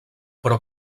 però